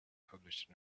published